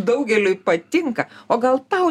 daugeliui patinka o gal tau